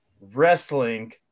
wrestling